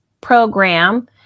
program